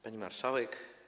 Pani Marszałek!